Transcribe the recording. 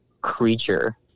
creature